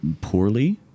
poorly